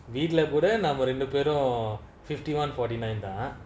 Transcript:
வீட்ல கூட நம்ம ரெண்டுபேரு:veetla kooda namma renduperu fifty one forty nine தா:thaa